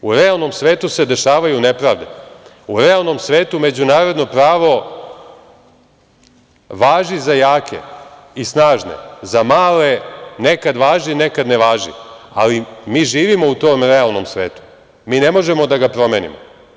U realnom svetu se dešavaju nepravde, u realnom svetu međunarodno pravo važi za jake i snažne, za male nekad važi, nekad ne važi, ali mi živimo u tom realnom svetu, mi ne možemo da ga promenimo.